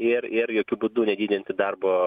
ir ir jokiu būdu nedidinti darbo